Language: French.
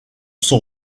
sont